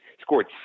scored